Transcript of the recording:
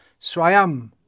swayam